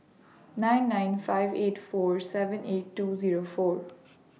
nine nine five eight four seven eight two Zero four